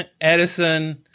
Edison